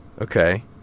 okay